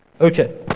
Okay